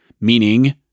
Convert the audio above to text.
meaning